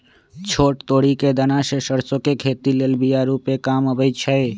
छोट तोरि कें दना से सरसो के खेती लेल बिया रूपे काम अबइ छै